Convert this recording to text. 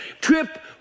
Trip